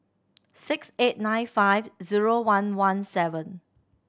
six eight nine five zero one one seven